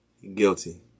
Guilty